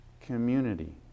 community